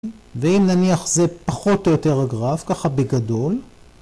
ואם נניח זה פחות או יותר הגרף, ככה בגדול.